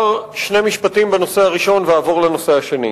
אומר שני משפטים בנושא הראשון ואעבור לנושא השני.